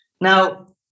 Now